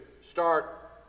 start